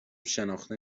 شناخته